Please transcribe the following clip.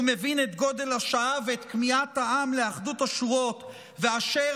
מבין את גודל השעה ואת כמיהת העם לאחדות השורות ואשר